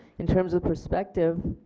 in terms of perspective,